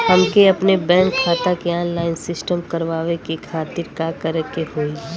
हमके अपने बैंक खाता के ऑनलाइन सिस्टम करवावे के खातिर का करे के होई?